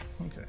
Okay